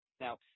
Now